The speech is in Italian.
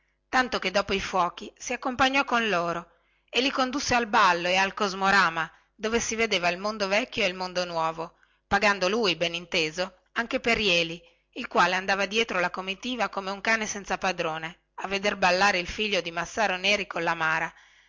i fuochi furono cessati si accompagnò con loro e li condusse al ballo e al cosmorama dove si vedeva il mondo vecchio e il mondo nuovo pagando lui per tutti anche per jeli il quale andava dietro la comitiva come un cane senza padrone a veder ballare il figlio di massaro neri colla mara